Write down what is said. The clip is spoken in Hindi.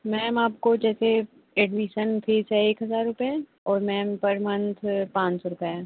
मैम आपको जैसे एडमीसन फीस है एक हज़ार रुपये और मैम पर मंथ पाँच सौ रुपये है